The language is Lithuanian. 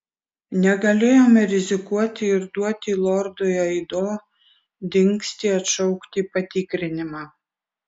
negalėjome rizikuoti ir duoti lordui aido dingstį atšaukti patikrinimą